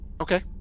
Okay